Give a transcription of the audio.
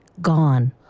gone